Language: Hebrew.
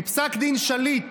בפסק דין שליט